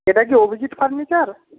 এটা কি অভিজিৎ ফার্নিচার